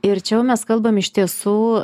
ir čia jau mes kalbam iš tiesų